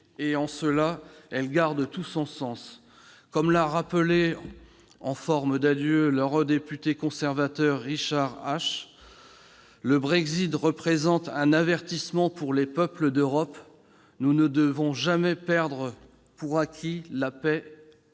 et, en cela, elle garde tout son sens. Comme l'a rappelé en forme d'adieu l'eurodéputé conservateur Richard Ash, « le Brexit représente un avertissement pour le peuple d'Europe. Nous ne devons jamais prendre pour acquis la paix